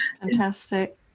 fantastic